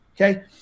okay